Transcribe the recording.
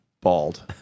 bald